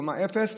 קומה אפס,